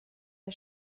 der